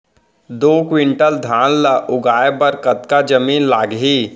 दो क्विंटल धान ला उगाए बर कतका जमीन लागही?